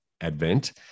advent